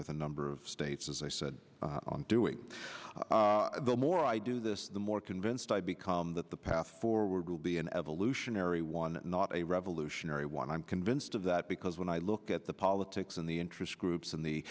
with a number of states as i said doing the more i do this the more convinced i become that the path forward will be an evolutionary one not a revolutionary one i'm convinced of that because when i look at the politics and the interest groups and the